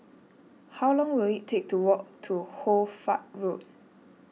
how long will it take to walk to Hoy Fatt Road